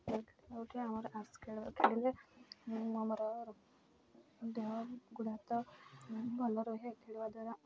ଏହା ଗୋଟିଏ ଆମର ଆର୍ଟ୍ସ ଖେଳ ଖେଳିଲେ ଆମର ଦେହ ଗୋଡ଼ ହାତ ଭଲ ରୁହେ ଖେଳିବା ଦ୍ୱାରା